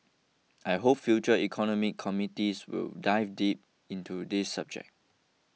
I hope future economic committees will dive deep into this subject